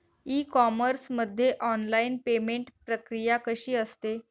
E commerce मध्ये online payment प्रक्रिया कशी असते?